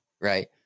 right